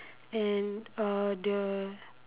and uh the